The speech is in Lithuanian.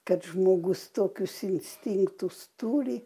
kad žmogus tokius instinktus turi